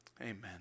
amen